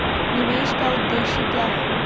निवेश का उद्देश्य क्या है?